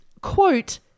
quote